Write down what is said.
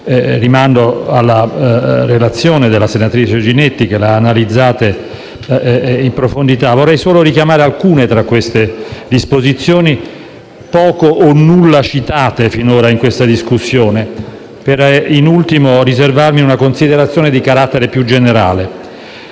questo, alla relazione della relatrice senatrice Ginetti, che li ha analizzati in profondità. Vorrei soltanto richiamare alcune tra queste disposizioni, poco o per nulla citate finora in questa discussione, per riservarmi in ultimo una considerazione di carattere più generale.